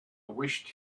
wished